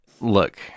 look